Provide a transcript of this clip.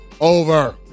over